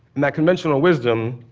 and that conventional wisdom,